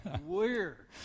Weird